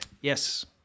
Yes